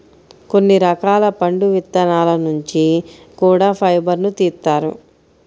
కొన్ని రకాల పండు విత్తనాల నుంచి కూడా ఫైబర్ను తీత్తారు